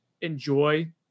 enjoy